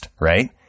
right